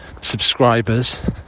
subscribers